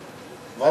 הממשלה.